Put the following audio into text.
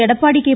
Edappadi K